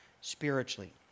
spiritually